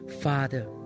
Father